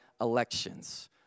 elections